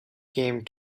came